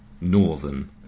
Northern